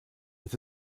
with